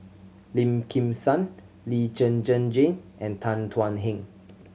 Lim Kim San Lee Zhen Zhen Jane and Tan Thuan Heng